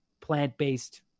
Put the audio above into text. plant-based